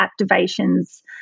activations